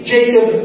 Jacob